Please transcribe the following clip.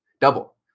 Double